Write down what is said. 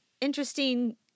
interesting